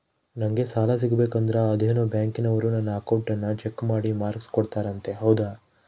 ನಂಗೆ ಸಾಲ ಸಿಗಬೇಕಂದರ ಅದೇನೋ ಬ್ಯಾಂಕನವರು ನನ್ನ ಅಕೌಂಟನ್ನ ಚೆಕ್ ಮಾಡಿ ಮಾರ್ಕ್ಸ್ ಕೋಡ್ತಾರಂತೆ ಹೌದಾ?